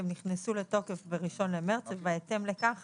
הם נכנסו לתוקף ב-1 במרץ ובהתאם לכך